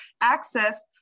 access